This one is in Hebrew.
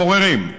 הבוררים.